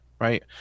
right